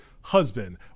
husband